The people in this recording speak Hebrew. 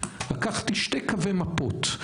לקחת שתי קווי מפות,